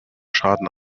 schaden